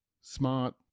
smart